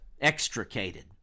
extricated